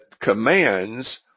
commands